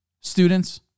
students